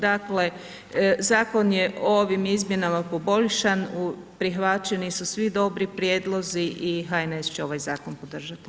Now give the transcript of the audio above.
Dakle, zakon je u ovim izmjenama poboljšan, prihvaćeni su svi dobri prijedlozi i HNS će ovaj zakon podržati.